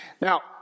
Now